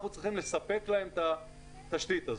אנחנו צריכים לספק להם התשתית הזאת.